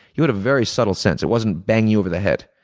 you had a very subtle sense. it wasn't bang you over the head.